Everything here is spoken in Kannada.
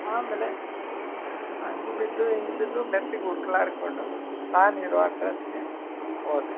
ಆಮೇಲೆ ಹಂಗು ಬಿದ್ದು ಹಿಂಗ್ ಬಿದ್ದು ಮೆತ್ತಗೆ ಹುಡ್ಕ್ಲಾಡ್ಕೊಂಡು ನಾನು ಇರೋ ಅಡ್ರೆಸ್ಗೆ ಹೋದೆ